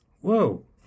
Whoa